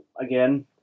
again